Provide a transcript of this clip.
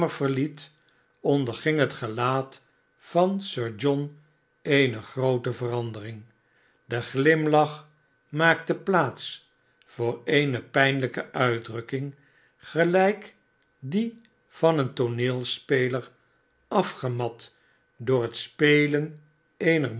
verliet onderging het gelaat van sir john eene groote verandering de glimlach maakte plaats voor eene pijnlijke uitdrukking gelijk am die van een tooneelspeler afgemat door het spelen eener